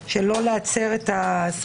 ללא קשר לייעוד המבנה,